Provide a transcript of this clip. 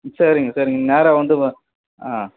சரிங்க சரிங்க நீங்கள் நேராக வந்து ஆ